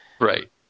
right